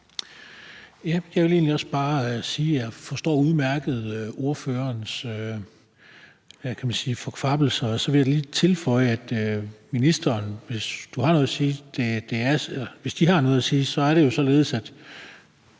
Jeg vil egentlig også bare sige, at jeg forstår udmærket ordførerens, hvad kan man sige, kvababbelse, og så vil jeg lige tilføje, at hvis ministeren har noget at sige, er det jo således, at